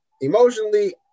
emotionally